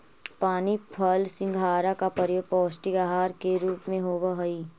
पानी फल सिंघाड़ा का प्रयोग पौष्टिक आहार के रूप में होवअ हई